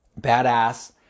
badass